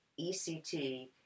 ECT